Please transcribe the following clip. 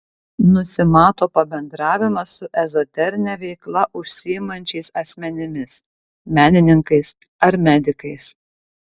nusimato pabendravimas su ezoterine veikla užsiimančiais asmenimis menininkais ar medikais